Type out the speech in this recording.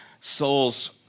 souls